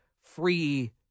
free